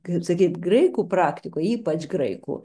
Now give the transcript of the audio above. kaip sakyt graikų praktikoj ypač graikų